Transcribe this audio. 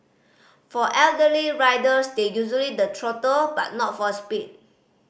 for elderly riders they the throttle but not for speed